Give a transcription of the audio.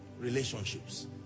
Relationships